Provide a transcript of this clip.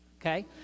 okay